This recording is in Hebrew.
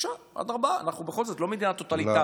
בבקשה, אדרבה, אנחנו בכל זאת לא מדינה טוטליטרית.